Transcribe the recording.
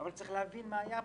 אבל צריך להבין מה היה פה.